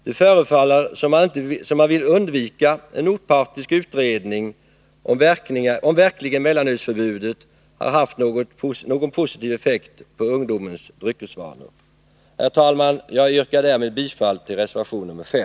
Det förefaller som om man vill undvika en opartisk utredning om verkligen mellanölsförbudet har haft någon positiv effekt på ungdomens alkoholvanor. Herr talman! Jag yrkar därmed bifall till reservation nr 5.